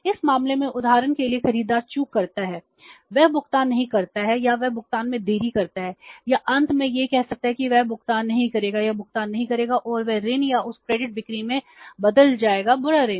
इस मामले में उदाहरण के लिए खरीदार चूक करता है वह भुगतान नहीं करता है या वह भुगतान में देरी करता है या अंत में यह कह सकता है कि वह भुगतान नहीं करेगा या भुगतान नहीं करेगा और वह ऋण या उस क्रेडिट बिक्री में बदल जाएगा बुरा ऋण